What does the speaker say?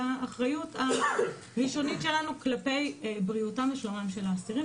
באחריות הראשונית שלנו כלפי בריאותם ושלומם של האסירים,